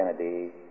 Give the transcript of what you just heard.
Kennedy